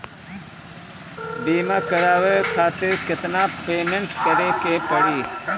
बीमा करावे खातिर केतना पेमेंट करे के पड़ी?